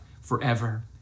forever